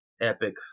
epic